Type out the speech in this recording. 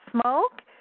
smoke